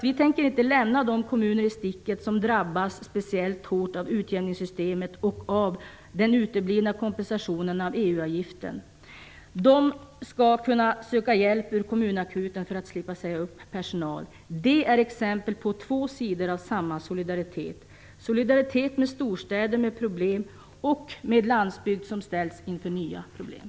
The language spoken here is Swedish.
Vi tänker inte lämna de kommuner i sticket som drabbas speciellt hårt av utjämningssystemet och av den uteblivna kompensationen för EU-avgiften. De skall kunna söka hjälp från kommunakuten för att slippa säga upp personal. Det är exempel på två sidor av samma solidaritet: solidaritet med storstäder med problem och med landsbygd som ställs inför nya problem.